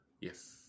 Yes